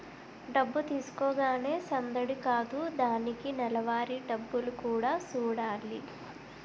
డబ్బు తీసుకోగానే సందడి కాదు దానికి నెలవారీ డబ్బులు కూడా సూడాలి